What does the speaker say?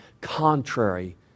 contrary